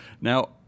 Now